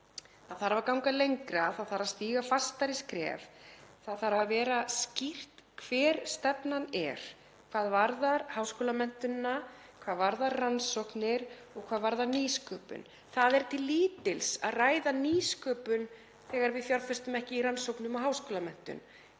Það þarf að ganga lengra. Það þarf að stíga fastari skref. Það þarf að vera skýrt hver stefnan er hvað varðar háskólamenntunina, hvað varðar rannsóknir og hvað varðar nýsköpun. Það er til lítils að ræða nýsköpun þegar við fjárfestum ekki í rannsóknum og háskólamenntun.